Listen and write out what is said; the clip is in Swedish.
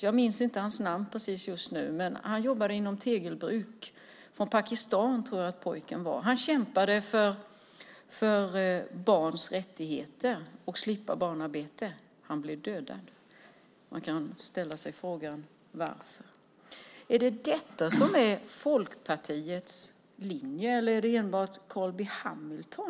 Jag minns inte hans namn just nu, men han jobbade på ett tegelbruk. Jag tror att han var från Pakistan. Han kämpade för barns rättigheter och att slippa barnarbete. Han blev dödad. Man kan ställa sig frågan varför. Är det detta som är Folkpartiets linje, eller är det enbart Carl B Hamiltons?